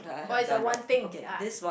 what is the one thing ah